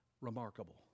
remarkable